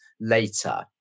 later